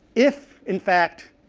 if, in fact,